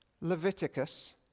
Leviticus